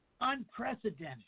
unprecedented